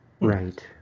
Right